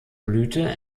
blüte